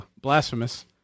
Blasphemous